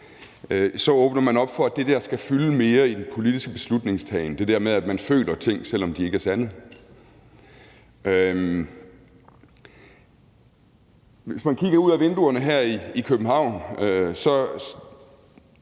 så åbner man op for, at det der skal fylde mere i den politiske beslutningstagen – det der med, at man føler ting, selv om de ikke er sande. Hvis man kigger ud af vinduerne her i København og